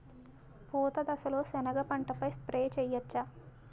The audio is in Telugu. పూత దశలో సెనగ పంటపై స్ప్రే చేయచ్చా?